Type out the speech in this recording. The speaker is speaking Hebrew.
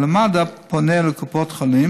אלא מד"א פונה לקופת החולים,